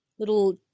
little